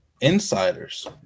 insiders